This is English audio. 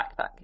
backpack